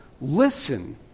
listen